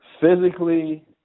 physically